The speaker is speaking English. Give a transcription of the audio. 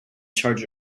charge